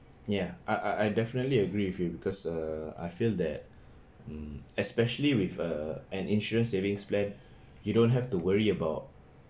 ya I I definitely agree with you because uh I feel that mm especially with a an insurance savings plan you don't have to worry about